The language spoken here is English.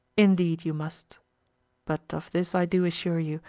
indeed you must but of this i do assure you,